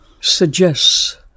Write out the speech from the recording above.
suggests